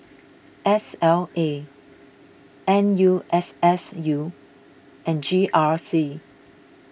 S L A N U S S U and G R C